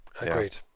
Agreed